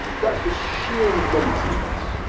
that's just sheer laziness.